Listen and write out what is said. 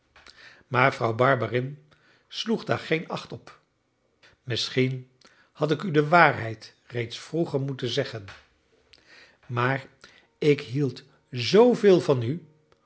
maar vrouw barberin sloeg daar geen acht op misschien had ik u de waarheid reeds vroeger moeten zeggen maar ik hield zooveel van u